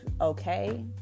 okay